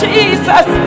Jesus